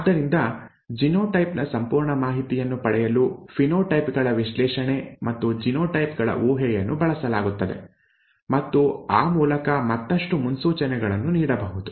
ಆದ್ದರಿಂದ ಜಿನೋಟೈಪ್ ನ ಸಂಪೂರ್ಣ ಮಾಹಿತಿಯನ್ನು ಪಡೆಯಲು ಫಿನೋಟೈಪ್ ಗಳ ವಿಶ್ಲೇಷಣೆ ಮತ್ತು ಜಿನೋಟೈಪ್ ಗಳ ಊಹೆಯನ್ನು ಬಳಸಲಾಗುತ್ತದೆ ಮತ್ತು ಆ ಮೂಲಕ ಮತ್ತಷ್ಟು ಮುನ್ಸೂಚನೆಗಳನ್ನು ನೀಡಬಹುದು